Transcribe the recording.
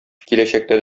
киләчәктә